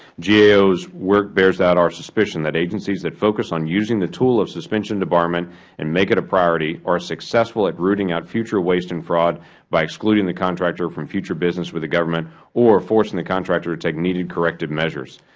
gaoos work bears out our suspicion that agencies that focus on using the tool of suspension and debarment and make it a priority are successful at rooting out future waste and fraud by excluding the contractor from future business with the government or forcing the contractor to take needed corrective measures.